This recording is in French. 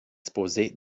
exposé